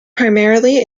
primarily